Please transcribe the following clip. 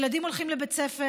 ילדים הולכים לבית ספר,